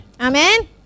Amen